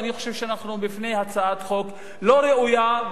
אני חושב שאנחנו בפני הצעת חוק לא ראויה,